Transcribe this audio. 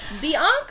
Bianca